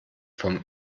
vom